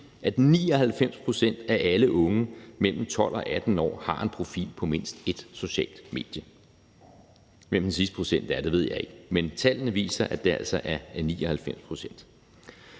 at 99 pct. af alle unge mellem 12 og 18 år har en profil på mindst ét socialt medie. Hvem den sidste procent er, ved jeg ikke, men tallene viser, at det altså er 99 pct.